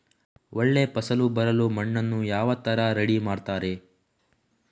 ಒಳ್ಳೆ ಫಸಲು ಬರಲು ಮಣ್ಣನ್ನು ಯಾವ ತರ ರೆಡಿ ಮಾಡ್ತಾರೆ?